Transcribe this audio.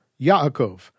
Yaakov